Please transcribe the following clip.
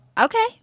okay